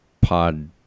pod